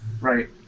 Right